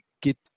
get